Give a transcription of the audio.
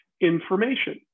information